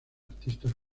artistas